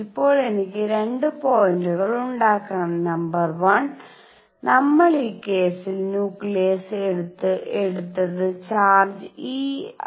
ഇപ്പോൾ എനിക്ക് 2 പോയിന്റുകൾ ഉണ്ടാക്കണം നമ്പർ 1 നമ്മൾ ഈ കേസിൽ ന്യൂക്ലിയസ് എടുത്തത് ചാർജ് e